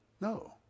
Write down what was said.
No